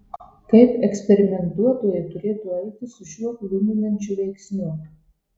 kaip eksperimentuotojai turėtų elgtis su šiuo gluminančiu veiksniu